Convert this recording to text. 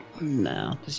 No